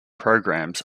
programs